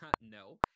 no